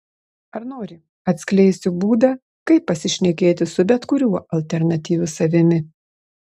ar nori atskleisiu būdą kaip pasišnekėti su bet kuriuo alternatyviu savimi